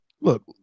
Look